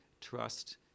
trust